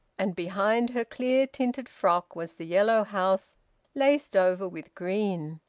and behind her clear-tinted frock was the yellow house laced over with green.